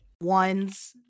ones